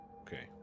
Okay